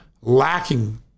lacking